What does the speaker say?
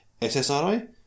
SSRI